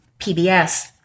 PBS